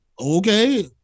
Okay